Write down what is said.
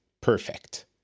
perfect